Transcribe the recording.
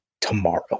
tomorrow